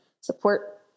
support